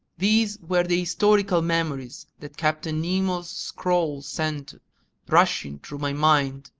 these were the historical memories that captain nemo's scrawl sent rushing through my mind.